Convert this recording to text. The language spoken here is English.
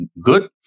Good